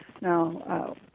Now